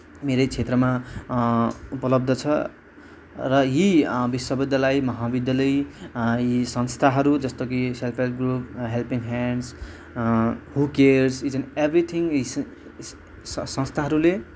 मेरै क्षेत्रमा उपलब्ध छ र यी विश्वविद्यालय महाविद्यालय यी संस्थाहरू जस्तो कि self help group helping hands who cares each and every thing is is यी संस्थाहरूले